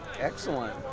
Excellent